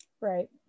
Right